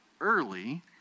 early